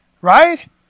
right